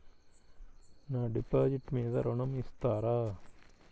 నా డిపాజిట్ మీద ఋణం ఇస్తారా?